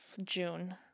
june